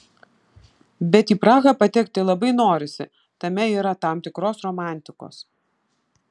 bet į prahą patekti labai norisi tame yra tam tikros romantikos